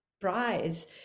Prize